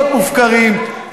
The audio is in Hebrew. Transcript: הרחובות מופקרים,